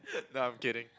no I'm kidding